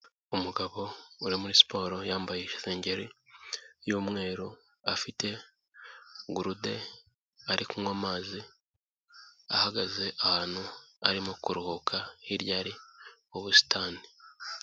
Umugabo uri muri siporo yambaye isengeri y'umweru afite gurude ari kunywa amazi, ahagaze ahantu arimo kuruhuka, hirya hari ubusitani.